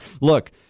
look